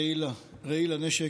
רעי לנשק,